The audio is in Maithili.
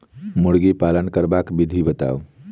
मुर्गी पालन करबाक विधि बताऊ?